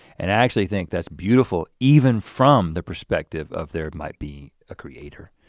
and i actually think that's beautiful even from the perspective of there might be a creator.